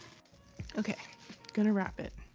okay gonna wrap it.